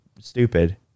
stupid